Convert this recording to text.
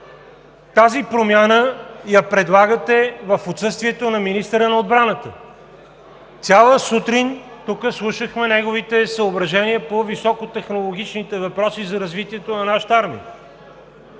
Тази промяна я предлагате в отсъствието на министъра на отбраната. Цяла сутрин тук слушахме неговите съображения по високотехнологичните въпроси за развитието на нашата армия.